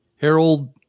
Harold